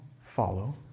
follow